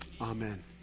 Amen